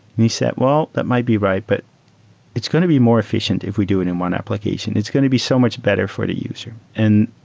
and he said, well, that might be right, but it's going to be more efficient if we do it in one application. it's going to be so much better for the user. and